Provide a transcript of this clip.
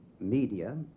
media